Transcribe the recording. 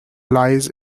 lies